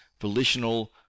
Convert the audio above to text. volitional